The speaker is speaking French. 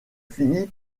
finit